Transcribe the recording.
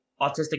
autistic